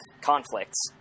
conflicts